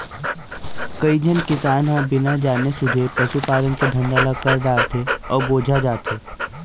कइझन किसान ह बिना जाने सूने पसू पालन के धंधा ल कर डारथे अउ बोजा जाथे